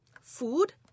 food